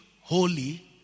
holy